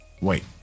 Wait